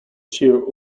sheer